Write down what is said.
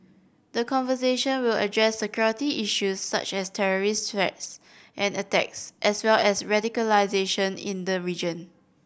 the conversation will address security issues such as terrorist threats and attacks as well as radicalisation in the region